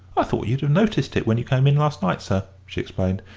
i thought you'd have noticed it when you come in last night, sir, she explained,